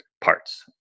parts